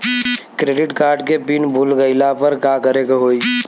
Credit card के PIN भूल गईला पर का करे के होई?